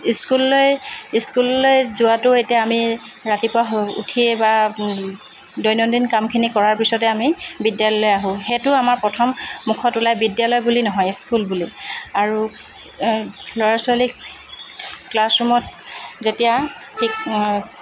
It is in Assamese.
স্কুললৈ স্কুললৈ যোৱাটো এতিয়া আমি ৰাতিপুৱা উঠিয়ে বা দৈনন্দিন কামখিনি কৰাৰ পিছতে আমি বিদ্যালয়লৈ আহোঁ সেইটো আমাৰ প্ৰথম মুখত ওলায় বিদ্যালয় বুলি নহয় স্কুল বুলি আৰু ল'ৰা ছোৱালীক ক্লাছৰুমত যেতিয়া শিক